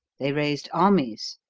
they raised armies.